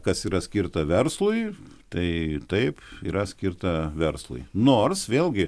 kas yra skirta verslui tai taip yra skirta verslui nors vėlgi